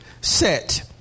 set